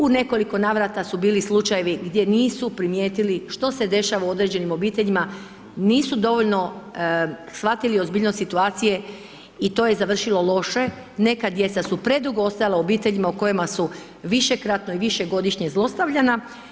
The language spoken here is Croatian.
U nekoliko navrata su bili i slučajevi gdje nisu primijetili što se dešava u određenim obiteljima, nisu dovoljno shvatili ozbiljnost situacije i to je završilo loše, neka djeca su predugo ostajala u obiteljima u kojima su višekratno i višegodišnje zlostavljana.